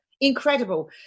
Incredible